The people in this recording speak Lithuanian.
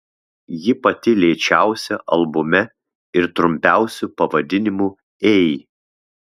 ji pati lėčiausia albume ir trumpiausiu pavadinimu ei